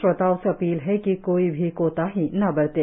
श्रोताओं से अपील है कि कोई भी कोताही न बरतें